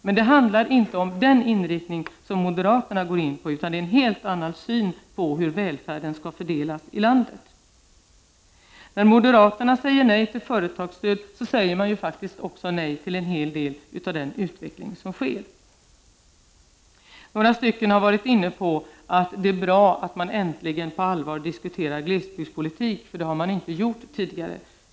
Men det handlar inte om den inriktning som moderaterna går in för, utan vi har en helt annan syn på hur välfärden skall fördelas i landet. När moderaterna säger nej till företagsstöd, säger man ju faktiskt också nej till en hel del av den utveckling som sker. Några talare har varit inne på att det är bra att man äntligen på allvar diskuterar glesbygdspolitik, för det har man inte gjort tidigare.